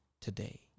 today